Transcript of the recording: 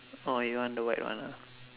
oh you want the white [one] ah